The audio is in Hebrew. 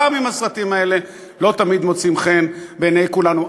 גם אם הסרטים האלה לא תמיד מוצאים חן בעיני כולנו.